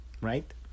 right